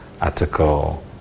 article